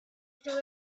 still